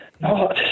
No